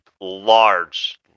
large